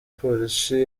polisi